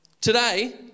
Today